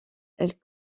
elle